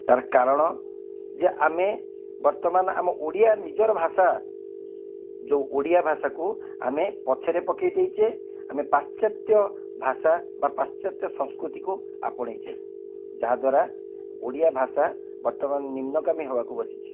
ତା'ର କାରଣ ଯେ ଆମେ ବର୍ତ୍ତମାନ ଆମ ଓଡ଼ିଆ ନିଜର ଭାଷା ଯେଉଁ ଓଡ଼ିଆ ଭାଷାକୁ ଆମେ ପଛରେ ପକାଇ ଦେଇଛେ ଆମେ ପାଶ୍ଚାତ୍ୟ ଭାଷା ବା ପାଶ୍ଚାତ୍ୟ ସଂସ୍କୃତିକୁ ଆପଣାଇଛେ ଯାହା ଦ୍ଵାରା ଓଡ଼ିଆ ଭାଷା ବର୍ତ୍ତମାନ ନିମ୍ନଗାମୀ ହେବାକୁ ବସିଛି